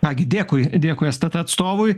ką gi dėkui dėkui stt atstovui